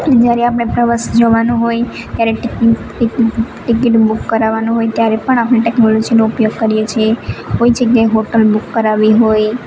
જ્યારે આપણે પ્રવાસ જવાનું હોય ત્યારે ટિકિટ ટિકિટ ટિકિટ બુક કરાવવાનું હોય ત્યારે પણ આપણે ટેક્નોલોજીનો ઉપયોગ કરીએ છીએ કોઈ જગ્યાએ હોટલ બુક કરાવવી હોય